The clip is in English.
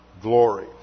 glory